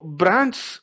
brands